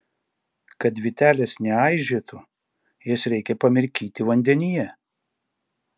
kad vytelės neaižėtų jas reikia pamirkyti vandenyje